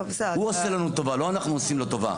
הוא עושה לנו טובה, לא אנחנו עושים לו טובה.